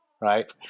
right